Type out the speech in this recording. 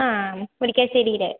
ആ മുരിക്കാശ്ശേരിയിൽ